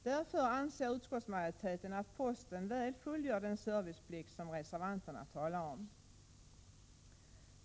Därför anser utskottsmajoriteten att posten väl fullgör den serviceplikt som reservanterna talar om.